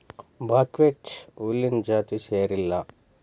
buckwheat ಹುಲ್ಲಿನ ಜಾತಿಗೆ ಸೇರಿಲ್ಲಾ